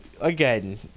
again